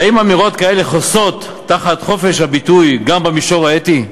והאם אמירות כאלה חוסות תחת חופש הביטוי גם במישור האתי?